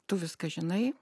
tu viską žinai